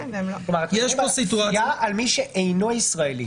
יש פה כפייה על מי שאינו ישראלי.